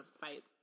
fight